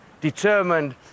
determined